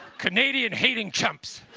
canadian hating chumps.